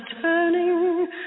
turning